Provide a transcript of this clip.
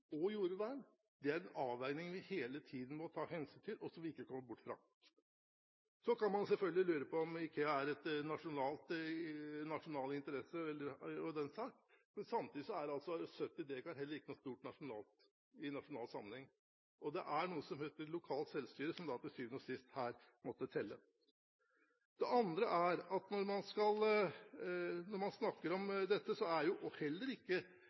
og jordvern er en avveining vi hele tiden må ta hensyn til, og som vi ikke kommer bort fra. Så kan man selvfølgelig lure på om IKEA er en nasjonal interesse, men samtidig er altså 70 dekar heller ikke noe stort i nasjonal sammenheng. Det er noe som heter lokalt selvstyre, som da til syvende og sist måtte telle her. Det tredje er at når man snakker om dette, er det heller ikke helt uvesentlig å peke på at det er en interessekonflikt mellom vern og